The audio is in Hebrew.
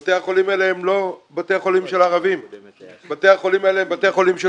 בתי החולים האלה הם לא בתי חולים של ערבים אלא הם בתי חולים של